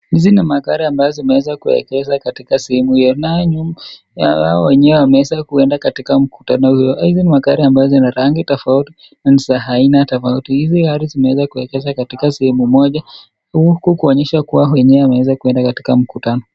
Hizi ni magari ambazo zimeweza kuegeza katika sehemu hiyo. Nayo nyuma yao wenyewe wameweza kuenda katika mkutano huo. Hizi magari ambao zina rangi tofauti na ni za aina tofauti. Hizi gari zimeweza kuegezwa katika sehemu moja. Hulku kuonyesha kuwa wenyewe wameweza kuenda mkutano.